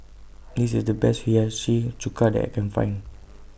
This IS The Best Hiyashi Chuka that I Can Find